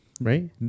right